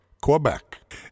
Quebec